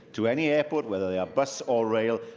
to any airport, whether they are bus or rail,